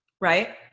Right